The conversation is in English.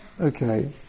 Okay